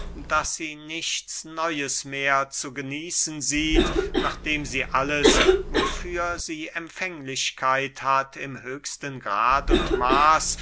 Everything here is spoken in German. daß sie nichts neues mehr zu genießen sieht nachdem sie alles wofür sie empfänglichkeit hat im höchsten grad und maß